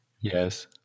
Yes